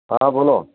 हाँ बोलो